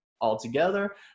altogether